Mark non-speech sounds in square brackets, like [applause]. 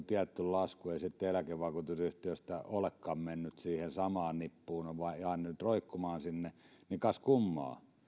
[unintelligible] tietty lasku ei sitten eläkevakuutusyhtiöstä olekaan mennyt siihen samaan nippuun vaan on jäänyt roikkumaan sinne niin kas kummaa